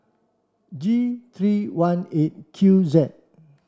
G three one eight Q Z